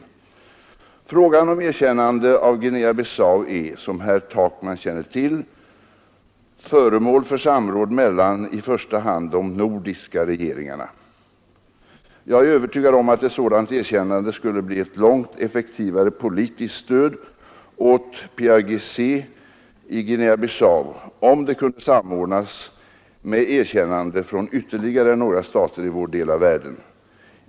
Frågan om erkännande av Guinea-Bissau är — som herr Takman känner till — föremål för samråd mellan i första hand de nordiska regeringarna. Jag är övertygad om att ett sådant erkännande skulle bli ett långt effektivare politiskt stöd åt PAIGC i Guinea-Bissau, om det kunde samordnas med erkännande från ytterligare några stater i vår del av världen.